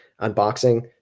unboxing